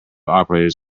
operators